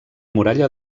muralla